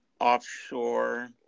offshore